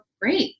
great